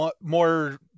more